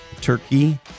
Turkey